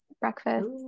breakfast